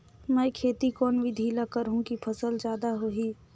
मै खेती कोन बिधी ल करहु कि फसल जादा होही